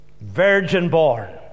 virgin-born